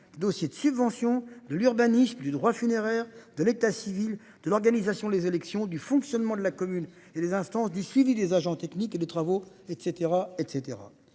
dossiers de subvention de l'urbanisme, du droit funéraire de l'état civil de l'organisation des élections du fonctionnement de la commune et les instances d'ici les agents techniques et de travaux et